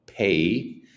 Pay